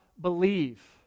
believe